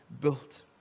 built